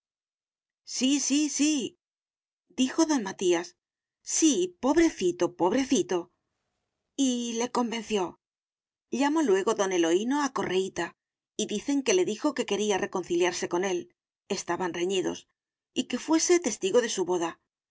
desahuciado sí sí sídijo don matías sí pobrecito pobrecito y le convenció llamó luego don eloíno a correíta y dicen que le dijo que quería reconciliarse con élestaban reñidos y que fuese testigo de su boda